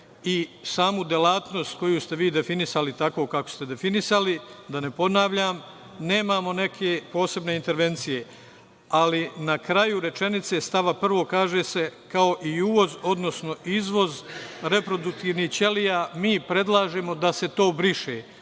i samu delatnost koju ste vi definisali tako kako ste definisali, da ne ponavljam, nemamo neke posebne intervencije, ali na kraju rečenice stava 1. kaže se – kao i uvoz, odnosno izvoz reproduktivnih ćelija, mi predlažemo da se to briše.